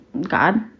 God